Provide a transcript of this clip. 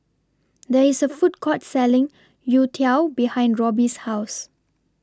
There IS A Food Court Selling Youtiao behind Robbie's House